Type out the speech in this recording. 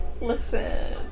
listen